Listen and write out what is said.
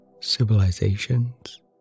civilizations